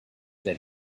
that